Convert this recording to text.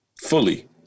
fully